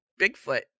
Bigfoot